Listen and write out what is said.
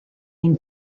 ein